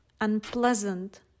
unpleasant